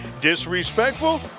Disrespectful